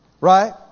Right